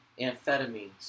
Amphetamines